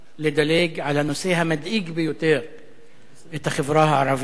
לדלג על הנושא המדאיג ביותר את החברה הערבית,